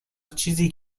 چیزی